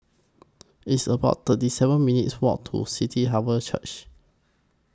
It's about thirty seven minutes' Walk to City Harvest Church